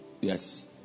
Yes